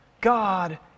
God